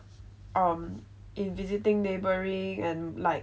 um in visiting neighbouring and like